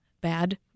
bad